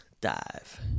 dive